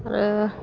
आरो